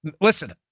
listen